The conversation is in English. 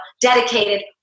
dedicated